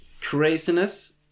craziness